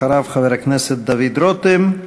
אחריו, חברי הכנסת דוד רותם,